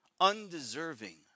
undeserving